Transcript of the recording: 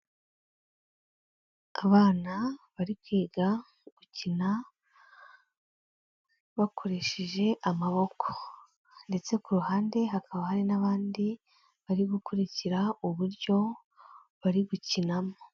Abana bari kwiga gukina bakoresheje amaboko, ndetse ku ruhande hakaba hari n'abandi bari gukurikira uburyo bari gukinamo.